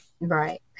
Right